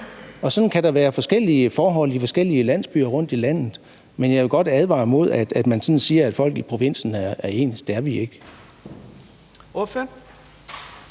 Og sådan kan der være forskellige forhold i de forskellige landsbyer rundt i landet, men jeg vil godt advare imod, at man sådan siger, at folk i provinsen er ens; det er vi ikke. Kl.